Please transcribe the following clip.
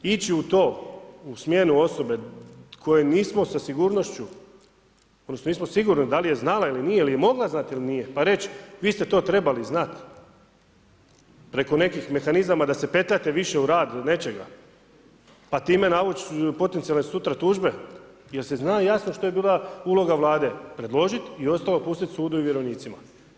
Ići u to, u smjenu osobe koje nismo sa sigurnošću, odnosno nismo sigurni da li je znala ili nije ili je mogla znati ili nije, pa reći, vi ste to trebali znati, preko nekih mehanizama da se petljate više u rad nečega, pa time navući potencijalne sutra tužbe jer se zna jasno što je bila uloga Vlade, predložiti i ostalo pustiti sudu i vjerovnicima.